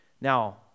Now